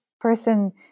person